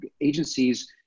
Agencies